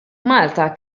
malta